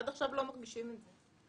עד עכשיו לא מרגישים את זה.